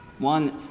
One